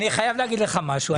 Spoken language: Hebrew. אני חייב להגיד לך משהו.